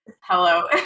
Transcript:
hello